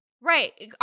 Right